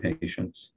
patients